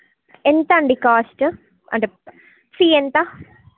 ఏంతండీ cost అంటే fee ఎంత